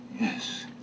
Yes